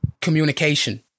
communication